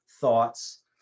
thoughts